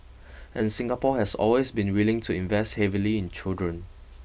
and Singapore has always been willing to invest heavily in children